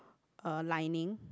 uh lining